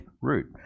root